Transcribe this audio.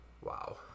wow